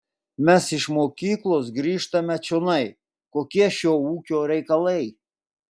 mes iš mokyklos grįžtame čionai kokie šio ūkio reikalai